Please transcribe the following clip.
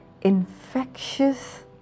infectious